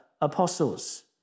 apostles